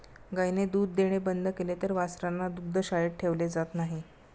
गायीने दूध देणे बंद केले तर वासरांना दुग्धशाळेत ठेवले जात नाही